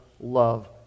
love